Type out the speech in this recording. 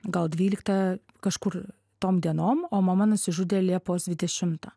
gal dvyliktą kažkur tom dienom o mama nusižudė liepos dvidešimtą